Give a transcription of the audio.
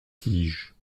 tiges